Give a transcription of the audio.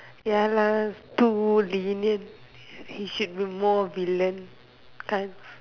ya lah to lenient he should be more villain can't